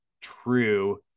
true